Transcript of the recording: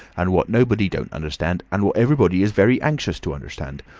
and what nobody don't understand, and what everybody is very anxious to understand.